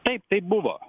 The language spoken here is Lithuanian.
taip tai buvo